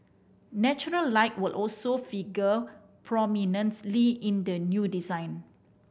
natural light will also figure prominently in the new design